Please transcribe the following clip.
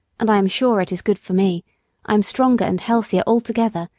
and i am sure it is good for me i am stronger and healthier altogether,